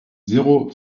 zéro